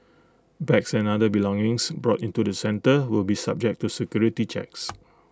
bags and other belongings brought into the centre will be subject to security checks